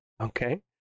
Okay